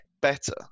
better